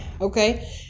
Okay